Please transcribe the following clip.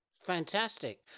Fantastic